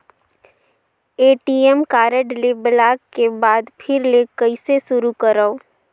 ATM card ल block के बाद फिर ले कइसे शुरू करव?